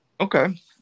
Okay